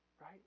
right